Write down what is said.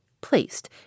placed